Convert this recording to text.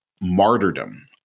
martyrdom